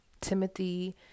Timothy